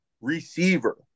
receiver